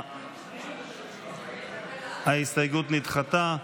ההסתייגות נדחתה.